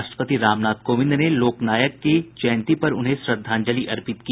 राष्ट्रपति रामनाथ कोविंद ने लोकनायक की जयंती पर उन्हें श्रद्धांजलि अर्पित की